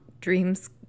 dreams